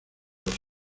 los